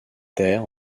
terre